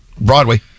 Broadway